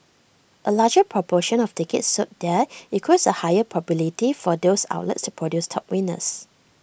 A larger proportion of tickets sold there equals A higher probability for those outlets to produce top winners